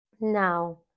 now